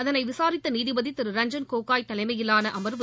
அதனை விசாரித்த நீதிபதி திரு ரஞ்ஜன் கோகோய் தலைமையிலான அம்வு